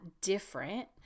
different